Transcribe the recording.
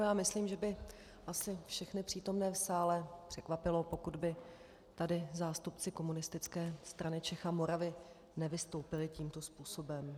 Já myslím, že by asi všechny přítomné v sále překvapilo, pokud by tady zástupci Komunistické strany Čech a Moravy nevystoupili tímto způsobem.